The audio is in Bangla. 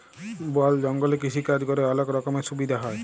বল জঙ্গলে কৃষিকাজ ক্যরে অলক রকমের সুবিধা হ্যয়